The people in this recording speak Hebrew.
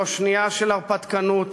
לא שנייה של הרפתקנות